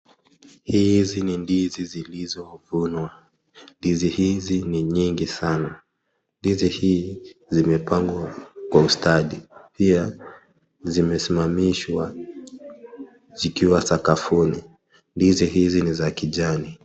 Hizi ni ndizi zilizovunwa, ndizi hizi ni nyingi sana na ndizi hizi zimepangwa kwa ustadhi pia zimesimamishwa zikiwa sakafuni ndizi hizi ni za kijani.